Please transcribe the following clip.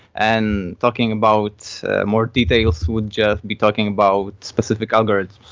and talking about more details would just be talking about specific algorithms,